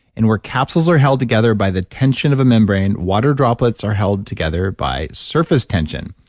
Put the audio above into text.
and where capsules are held together by the tension of a membrane, water droplets are held together by surface tension.